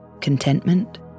Contentment